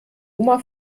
oma